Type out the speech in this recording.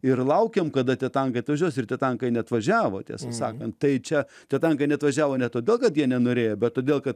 ir laukėm kada tie tankai atvažiuos ir tie tankai neatvažiavo tiesą sakant tai čia tie tankai neatvažiavo ne todėl kad jie nenorėjo bet todėl kad